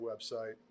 website